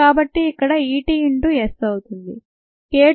కాబట్టి ఇక్కడ E t into S అవుతుంది